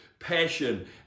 passion